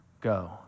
go